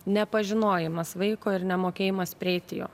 nepažinojimas vaiko ir nemokėjimas prieiti jo